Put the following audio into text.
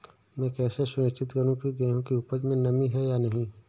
मैं कैसे सुनिश्चित करूँ की गेहूँ की उपज में नमी है या नहीं?